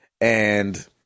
and-